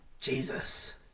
Jesus